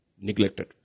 neglected